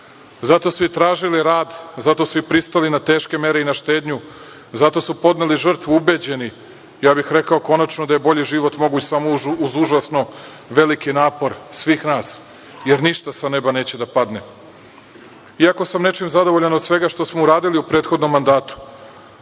Zato su i tražili rad, zato su i pristali na teške mere i na štednju, zato su podneli žrtvu, ubeđeni, ja bih rekao, konačno da je bolji život moguć samo uz užasno veliki napor svih nas jer ništa sa neba neće da padne. Ako sam nečim zadovoljan od svega što smo uradili u prethodnom mandatu,